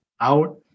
out